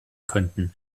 könnten